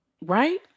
right